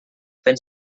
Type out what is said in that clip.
fent